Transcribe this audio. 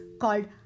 called